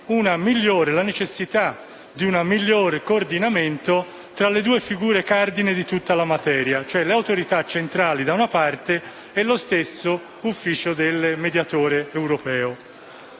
della necessità di un migliore coordinamento tra le due figure cardine di tutta la materia: le autorità centrali da una parte e lo stesso ufficio del mediatore del